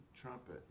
trumpet